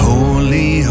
Holy